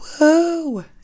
Woo